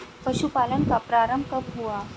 पशुपालन का प्रारंभ कब हुआ?